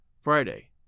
Friday